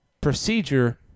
procedure